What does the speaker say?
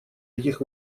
этих